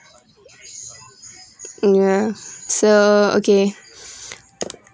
uh yeah so okay